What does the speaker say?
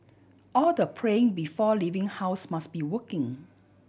all the praying before leaving house must be working